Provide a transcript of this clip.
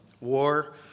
war